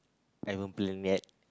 I haven't plan yet